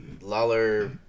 Lawler